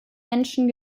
menschen